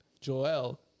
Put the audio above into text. Joel